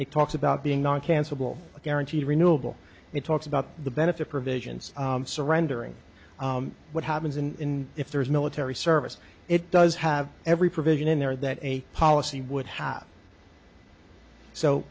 it talks about being not cancel a guarantee renewable it talks about the benefit provisions surrendering what happens in if there is military service it does have every provision in there that a policy would have so